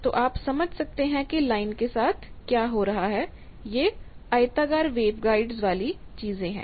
तो आप समझ सकते हैं कि लाइन के साथ क्या हो रहा है यह आयताकार वेवगाइड्स वाली चीजें है